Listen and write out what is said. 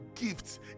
gifts